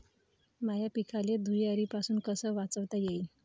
माह्या पिकाले धुयारीपासुन कस वाचवता येईन?